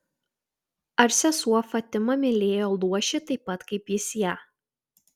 ar sesuo fatima mylėjo luošį taip pat kaip jis ją